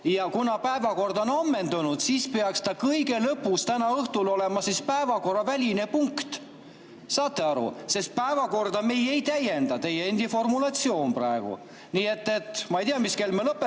ja kui päevakord on ammendunud, siis peaks see kõige lõpus täna õhtul olema päevakorraväline punkt. Saate aru, sest päevakorda me ei täienda – see on teie enda formulatsioon praegu. Nii et ma ei tea, mis kell me lõpetame,